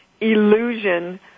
illusion